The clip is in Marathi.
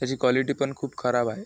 त्याची क्वालिटी पण खूप खराब आहे